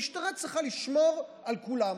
המשטרה צריכה לשמור על כולם,